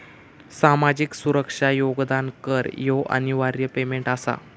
सामाजिक सुरक्षा योगदान कर ह्यो अनिवार्य पेमेंट आसा